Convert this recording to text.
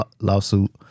lawsuit